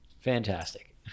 Fantastic